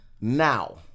Now